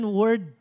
word